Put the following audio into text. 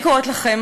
אני קוראת לכם,